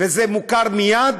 וזה מוכר מייד,